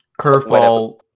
Curveball